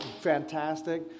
fantastic